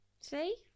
See